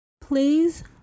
Please